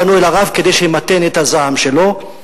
פנו לרב כדי שימתן את הזעם שלו.